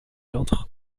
entre